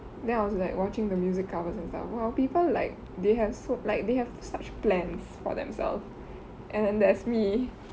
then I was like watching the music covers and stuff !wah! people like they have so like they have such plans for themselves and there's me